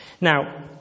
Now